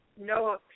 No